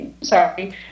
Sorry